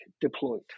deployed